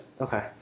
Okay